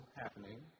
happening